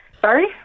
sorry